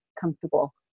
comfortable